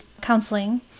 counseling